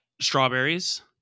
Strawberries